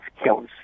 skills